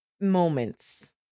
moments